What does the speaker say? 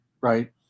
right